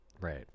Right